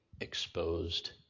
exposed